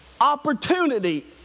opportunity